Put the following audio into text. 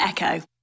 Echo